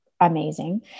amazing